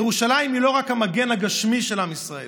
ירושלים היא לא רק המגן הגשמי של עם ישראל,